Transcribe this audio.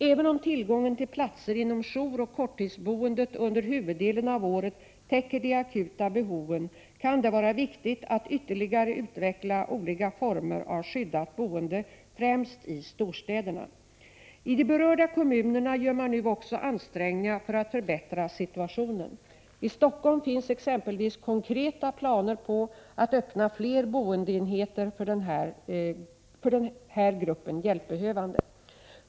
Även om tillgången till platser inom jouroch korttidsboendet under huvuddelen av året täcker de akuta behoven kan det vara viktigt att ytterligare utveckla olika former av skyddat boende, främst i storstäderna. I de berörda kommunerna gör man nu också ansträngningar för att förbättra situationen. I Stockholm finns exempelvis konkreta planer på att öppna fler boendeenheter för den här gruppen hjälpbehövande.